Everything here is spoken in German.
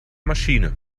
maschine